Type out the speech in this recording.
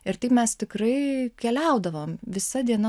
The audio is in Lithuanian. ir taip mes tikrai keliaudavom visa diena